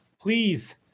please